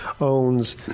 owns